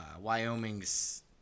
Wyoming's